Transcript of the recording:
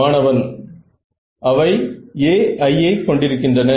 மாணவன் அவை ai ஐ கொண்டிருக்கின்றன